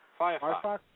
Firefox